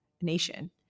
nation